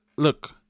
Look